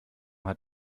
hat